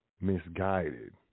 misguided